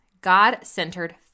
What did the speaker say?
God-centered